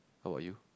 how are you